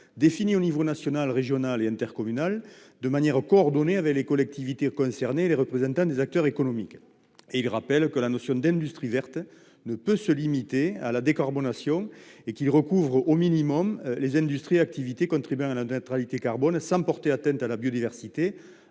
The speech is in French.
définie aux échelons national, régional et intercommunal, de manière coordonnée avec les collectivités concernées et les représentants des acteurs économiques. Il rappelle que la notion d'industrie verte ne peut se limiter à la décarbonation et qu'elle recouvre au minimum les industries et les activités contribuant à la neutralité carbone, sans porter atteinte à la biodiversité,